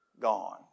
gone